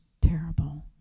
terrible